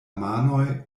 manoj